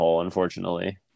unfortunately